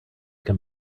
can